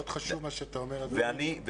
יש